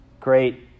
great